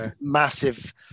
massive